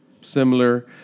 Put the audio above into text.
similar